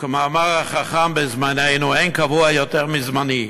וכמאמר החכם בזמננו, אין קבוע יותר מזמני.